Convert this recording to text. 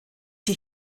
die